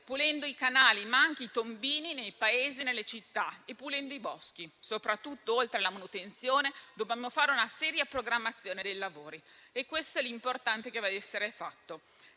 alberi, i canali, ma anche i tombini nei paesi e nelle città, nonché i boschi. Soprattutto, oltre alla manutenzione, dobbiamo fare una seria programmazione dei lavori e questo è l'importante che dev'essere fatto.